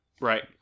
right